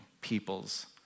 people's